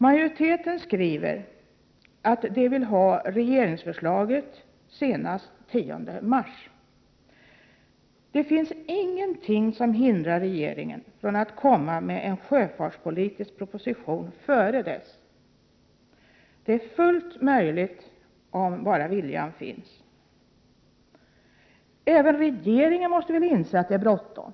Majoriteten skriver att den vill ha regeringsförslaget senast den 10 mars. Det finns ingenting som hindrar regeringen från att komma med en sjöfartspolitisk proposition före detta datum. Det är fullt möjligt om bara viljan finns. Även regeringen måste väl inse att det är bråttom?